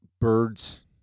birds